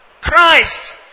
Christ